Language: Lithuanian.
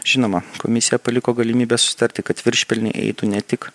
žinoma komisija paliko galimybę susitarti kad viršpelniai eitų ne tik